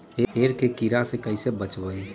पेड़ के कीड़ा से कैसे बचबई?